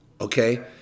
okay